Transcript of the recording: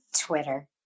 Twitter